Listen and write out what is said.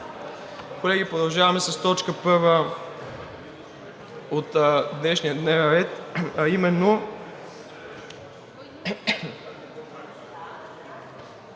Колеги, продължаваме с точка първа от днешния дневен